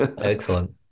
excellent